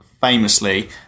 famously